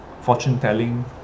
fortune-telling